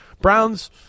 Browns